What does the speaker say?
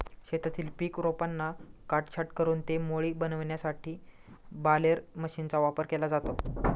शेतातील पीक रोपांना काटछाट करून ते मोळी बनविण्यासाठी बालेर मशीनचा वापर केला जातो